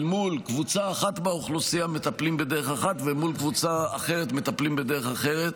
שבקבוצה אחת באוכלוסייה מטפלים בדרך אחת ובקבוצה אחרת מטפלים בדרך אחרת,